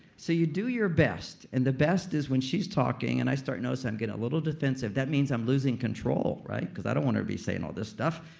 so you do your best. and the best is when she's talking, and i start noticing i'm getting a little defensive, that means i'm losing control, right, because i don't want to be saying all this stuff.